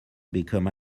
become